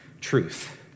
truth